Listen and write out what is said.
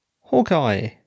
hawkeye